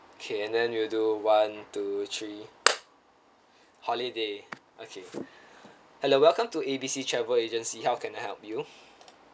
K and then you do one two three holiday okay hello welcome to A B C travel agency how can I help you